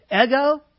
ego